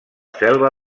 selva